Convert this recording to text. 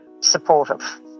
supportive